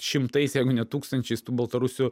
šimtais jeigu ne tūkstančiais tų baltarusių